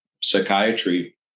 psychiatry